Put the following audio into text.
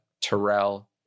Terrell